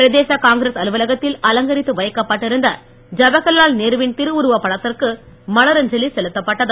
பிரதேச காங்கிரஸ் அலுவலகத்தில் அலங்கரித்து வைக்கப்பட்டிருந்த ஜவஹர்லால் நேருவின் திருவுருவப் படத்திற்கு மலரஞ்சலி செலுத்தப்பட்டது